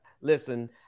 listen